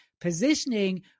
Positioning